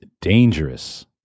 dangerous